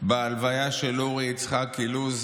בהלוויה של אורי יצחק אילוז,